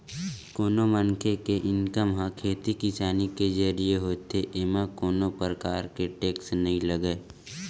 कोनो मनखे के इनकम ह खेती किसानी के जरिए होथे एमा कोनो परकार के टेक्स नइ लगय